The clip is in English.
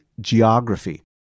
geography